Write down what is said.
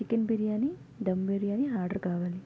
chicken biryani dum biryani order కావాలి